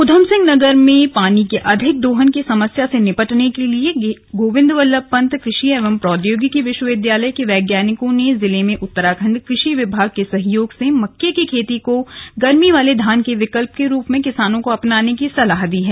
किसान ऊधमसिंह नगर में पानी के अधिक दोहन की समस्या से निपटने के लिए गोविंद बल्लभ पंत कृ षि एवं प्रौद्योगिकी विश्वविद्यालय के वैज्ञानिकों ने जिले में उत्तराखंड कृषि विभाग के सहयोग से मक्के की खेती को गर्मी वाले धान के विकल्प के रूप में किसानों को अपनाने की सलाह दी है